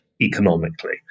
economically